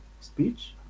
speech